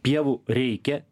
pievų reikia